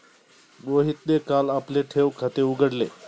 मोहितने काल आपले ठेव खाते उघडले